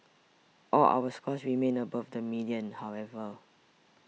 all our scores remain above the median however